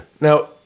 now